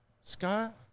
Scott